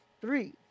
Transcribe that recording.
three